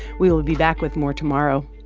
we will be back with more tomorrow.